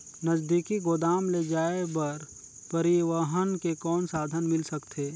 नजदीकी गोदाम ले जाय बर परिवहन के कौन साधन मिल सकथे?